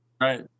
Right